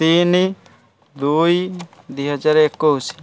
ତିନି ଦୁଇ ଦୁଇ ହଜାର ଏକୋଇଶି